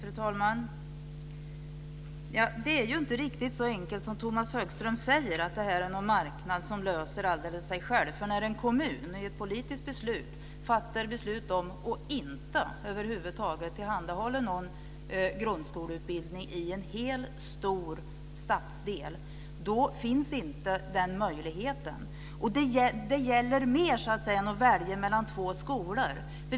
Fru talman! Det är inte riktigt så enkelt som Tomas Högström säger, att det här är en marknad som klarar sig själv. När en kommun fattar ett politiskt beslut att över huvud taget inte tillhandahålla någon grundskoleutbildning i en hel stor stadsdel finns inte den möjligheten. Det gäller mer än att välja mellan två skolor.